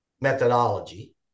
methodology